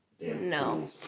No